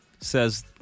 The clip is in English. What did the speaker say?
says